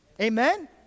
Amen